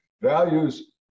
Values